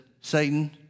Satan